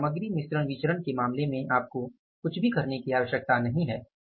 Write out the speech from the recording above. तो सामग्री मिश्रण विचरण के मामले में आपको कुछ भी करने की आवश्यकता नहीं है